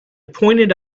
pointed